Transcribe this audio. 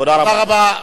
תודה רבה.